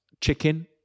chicken